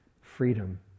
freedom